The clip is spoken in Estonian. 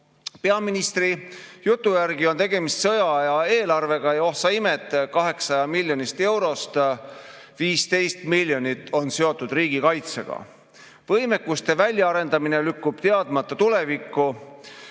Peaministri jutu järgi on tegemist sõjaaja eelarvega, ja oh sa imet, 800 miljonist eurost 15 miljonit on seotud riigikaitsega. Võimekuste väljaarendamine lükkub teadmata tulevikku